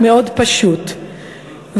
מאוד פשוט,